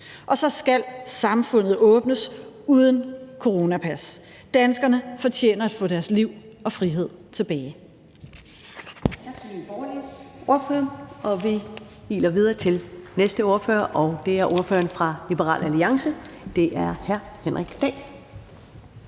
Og så skal samfundet åbnes uden coronapas. Danskerne fortjener at få deres liv og frihed tilbage.